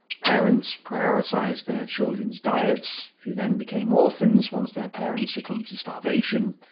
parents prioritized their children's diets, who then became orphans once their parents succumbed to starvation.